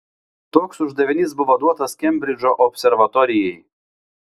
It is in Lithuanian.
toks uždavinys buvo duotas kembridžo observatorijai